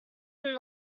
not